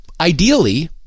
Ideally